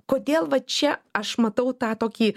kodėl va čia aš matau tą tokį